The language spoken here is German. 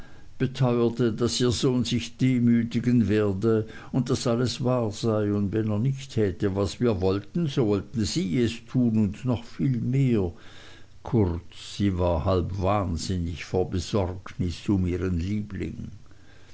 beteuerte daß ihr sohn sich demütigen werde und daß alles wahr sei und wenn er nicht täte was wir wollten so wollte sie es tun und noch viel mehr kurz sie war halb wahnsinnig vor besorgnis um ihren liebling